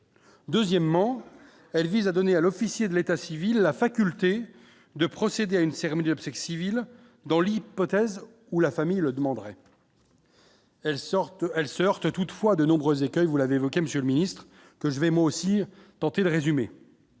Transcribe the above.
Deuxièmement, elle vise à donner à l'officier de l'état civil, la faculté de procéder à une cérémonie obsèques civiles dans l'hypothèse où la famille le demanderaient. Elles sortent, elle se heurte toutefois de nombreux écueils, vous l'avez évoqué, monsieur le Ministre, que je vais moi aussi tenter de résumer